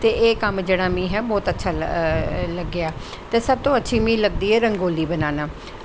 ते एह् कम्म मिगी बौह्त अच्छा लग्गेआ ते सब तो अच्छी मिगी लगदी ऐ रंगोली बनाना